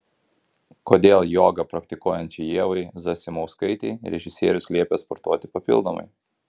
kodėl jogą praktikuojančiai ievai zasimauskaitei režisierius liepė sportuoti papildomai